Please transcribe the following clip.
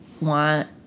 want